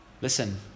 Listen